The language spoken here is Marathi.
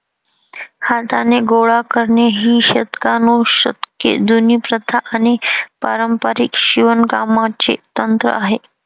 हाताने गोळा करणे ही शतकानुशतके जुनी प्रथा आणि पारंपारिक शिवणकामाचे तंत्र आहे